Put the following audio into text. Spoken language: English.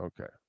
okay